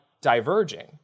diverging